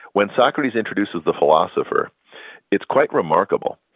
when socrates introduces the philosopher it's quite remarkable,